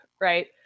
right